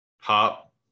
Hop